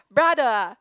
brother ah